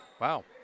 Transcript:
Wow